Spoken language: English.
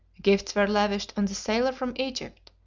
gifts were lavished on the sailor from egypt,